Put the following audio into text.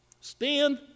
Stand